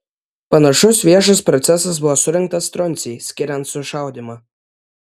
panašus viešas procesas buvo surengtas truncei skiriant sušaudymą